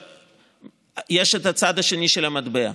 יש הצד השני של המטבע,